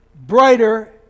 brighter